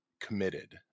committed